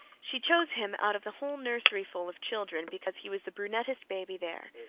she chose him out of the whole nurseryful of children because he was the brunettest baby there.